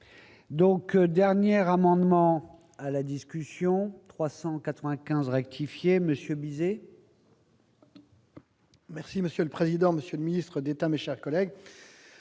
Donc dernière amendements à la discussion 395 rectifier Monsieur Bizet. Merci monsieur le président, Monsieur le ministre d'État, Mécha collègue